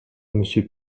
monsieur